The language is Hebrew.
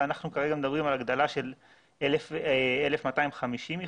ואנחנו כרגע מדברים על הגדלה של 1,250 מכסות.